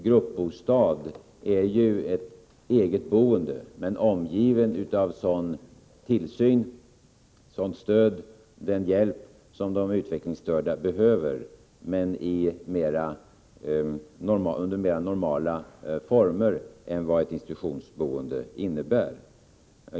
Gruppbostad är ju ett egetboende med sådan tillsyn, sådant stöd och sådan hjälp som de utvecklingsstörda behöver men i mera normala former än vad ett institutionsboende innebär.